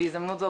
בהזדמנות זאת,